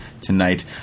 tonight